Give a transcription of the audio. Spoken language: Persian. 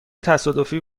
تصادفی